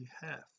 behalf